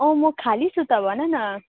अँ म खाली छु त भन न